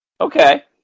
Okay